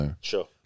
Sure